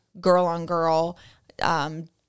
girl-on-girl